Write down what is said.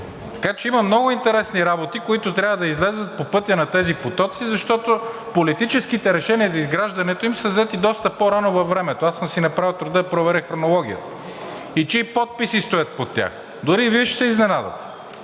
Така че има много интересни работи, които трябва да излязат по пътя на тези потоци, защото политическите решения за изграждането им са взети доста по-рано във времето – аз съм си направил труда да проверя хронологията и чии подписи стоят под тях. Дори и Вие ще се изненадате,